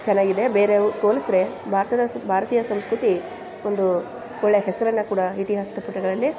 ಚೆನ್ನಾಗಿದೆ ಬೇರೆ ಹೋಲಿಸ್ರೆ ಭಾರತದ ಸ್ ಭಾರತೀಯ ಸಂಸ್ಕೃತಿ ಒಂದು ಒಳ್ಳೆ ಹೆಸರನ್ನು ಕೂಡ ಇತಿಹಾಸದ ಪುಟಗಳಲ್ಲಿ